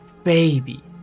baby